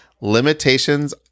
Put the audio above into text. Limitations